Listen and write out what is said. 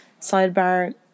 sidebar